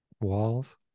walls